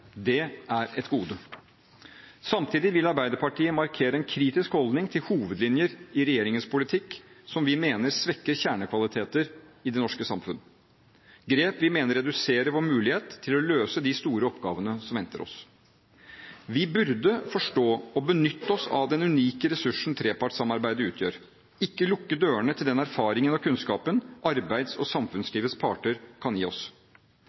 Det er et gode. Samtidig vil Arbeiderpartiet markere en kritisk holdning til hovedlinjer i regjeringens politikk som vi mener svekker kjernekvaliteter i det norske samfunn – grep vi mener reduserer vår mulighet til å løse de store oppgavene som venter oss. Vi burde forstå og benytte oss av den unike ressursen trepartssamarbeidet utgjør, ikke lukke dørene til den erfaringen og kunnskapen arbeids- og samfunnslivets parter kan gi oss.